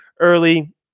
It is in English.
early